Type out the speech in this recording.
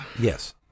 Yes